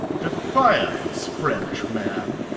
defiance, french man?